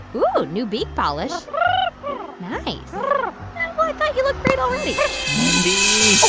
ooh, new beak polish nice yeah, well, i thought you looked great already mindy oh,